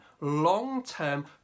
long-term